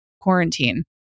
quarantine